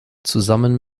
zusammen